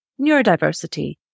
neurodiversity